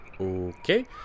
Okay